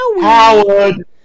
Howard